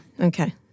Okay